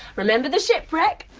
remember the shipwreck,